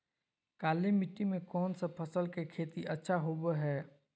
काली मिट्टी में कौन फसल के खेती अच्छा होबो है?